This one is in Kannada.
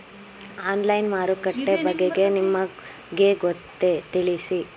ಆನ್ಲೈನ್ ಮಾರುಕಟ್ಟೆ ಬಗೆಗೆ ನಿಮಗೆ ಗೊತ್ತೇ? ತಿಳಿಸಿ?